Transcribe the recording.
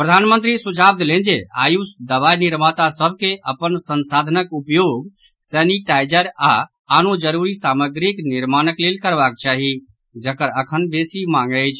प्रधानमंत्री सुझाव देलनि जे आयुष दवाई निर्माता सभ के अपन संसाधनक उपयोग सैनिटाईजर आ आनो जरूरी सामग्रीक निर्माणक लेल करबाक चाही जकर अखन बेसी मांग अछि